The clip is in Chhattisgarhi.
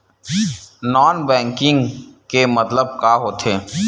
नॉन बैंकिंग के मतलब का होथे?